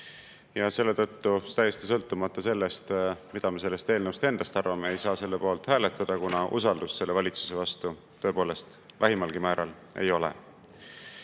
ja selle tõttu täiesti sõltumata sellest, mida me sellest eelnõust endast arvame, ei saa selle poolt hääletada, kuna usaldust selle valitsuse vastu tõepoolest vähimalgi määral ei ole. Kui